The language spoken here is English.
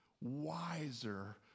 wiser